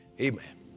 Amen